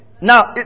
Now